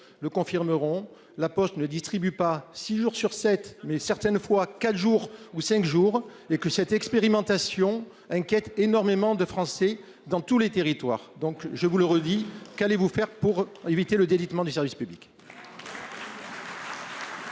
le confirmeront, La Poste ne distribue pas six jours sur sept mais certaines fois 4 jours ou 5 jours et que cette expérimentation inquiète énormément de Français dans tous les territoires. Donc je vous le redis qu'allez-vous faire pour éviter le délitement du service public.